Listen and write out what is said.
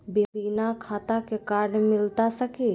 बिना खाता के कार्ड मिलता सकी?